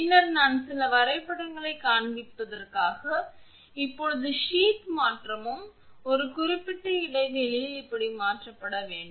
பின்னர் நான் சில வரைபடங்களைக் காண்பிப்பதற்காக இப்போது சீத் மாற்றமும் ஒரு குறிப்பிட்ட இடைவெளியில் இப்படி மாற்றப்பட வேண்டும்